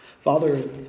Father